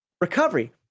Recovery